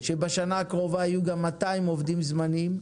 שבשנה הקרובה יהיו גם 200 עובדים זמניים,